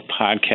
podcast